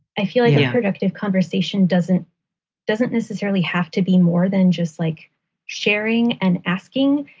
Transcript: i feel i a productive conversation doesn't doesn't necessarily have to be more than just like sharing and asking.